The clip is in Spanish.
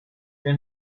que